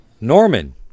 Norman